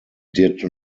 did